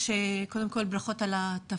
היושב-ראש, קודם כול, ברכות על התפקיד.